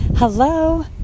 Hello